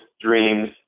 dreams